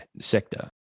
sector